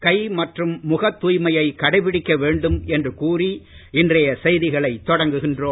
கை மற்றும் முகத் தூய்மையை கடைபிடிக்க வேண்டும் என்று கூறி இன்றைய செய்திகளை தொடங்குகிறோம்